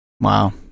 Wow